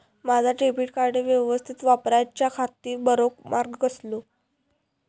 माजा debit card यवस्तीत वापराच्याखाती बरो मार्ग कसलो?